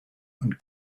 and